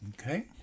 Okay